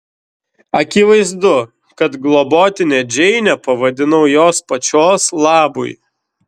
akivaizdu kad globotine džeinę pavadinau jos pačios labui